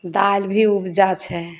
दालि भी उपजा छै